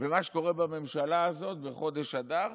ומה שקורה בממשלה הזאת בחודש אדר